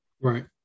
Right